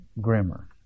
grimmer